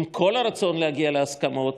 עם כל הרצון להגיע להסכמות,